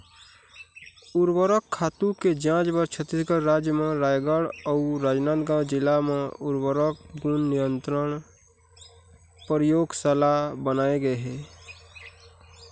उरवरक खातू के जांच बर छत्तीसगढ़ राज म रायगढ़ अउ राजनांदगांव जिला म उर्वरक गुन नियंत्रन परयोगसाला बनाए गे हे